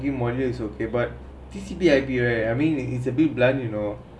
new modules like okay but T_C_P_I_B right I mean it is a bit bland you know